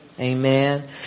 Amen